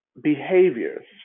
behaviors